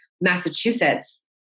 Massachusetts